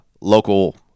local